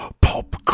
Pop